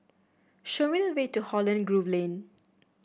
show me the way to Holland Grove Lane